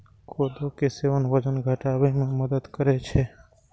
कोदो के सेवन वजन घटाबै मे मदति करै छै